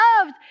loved